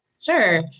Sure